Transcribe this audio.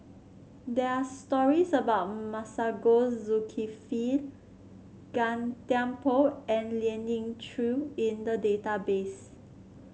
there are stories about Masagos Zulkifli Gan Thiam Poh and Lien Ying Chow in the database